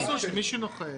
שיהיה מסלול שלמי שנוחת